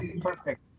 perfect